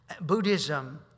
Buddhism